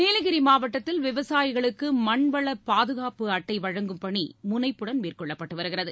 நீலகிரி மாவட்டத்தில் விவசாயிகளுக்கு மன்வள பாதுகாப்பு அட்டை வழங்கும் பணி முனைப்புடன் மேற்கொள்ளப்பட்டு வருகிறது